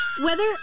whether-